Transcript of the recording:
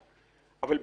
אבל,